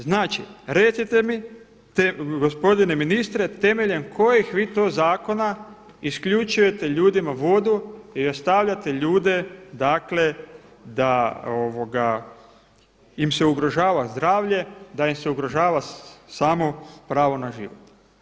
Znači, recite mi gospodine ministre temeljem kojih vi to zakona isključujete ljudima vodu i ostavljate ljude, dakle da im se ugrožava zdravlje, da im se ugrožava samo pravo na život.